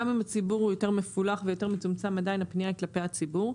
גם אם הציבור יותר מפולח ויותר מצומצם עדיין הפנייה היא כלפי הציבור.